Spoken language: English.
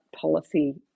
policy